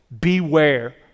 Beware